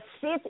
sit